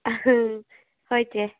ꯍꯣꯏ ꯆꯦ